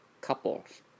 couples